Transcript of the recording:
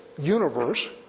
Universe